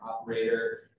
operator